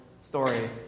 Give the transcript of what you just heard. story